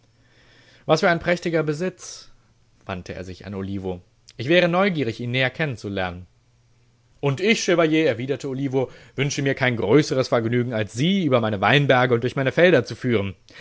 was für ein prächtiger besitz wandte er sich an olivo ich wäre neugierig ihn näher kennenzulernen und ich chevalier erwiderte olivo wünsche mir kein größeres vergnügen als sie über meine weinberge und durch meine felder zu führen